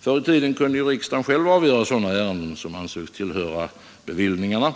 Förr i tiden kunde riksdagen själv avgöra sådana ärenden, som ansågs tillhöra bevillningarna,